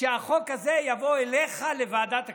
שהחוק הזה יבוא אליך לוועדת הכספים,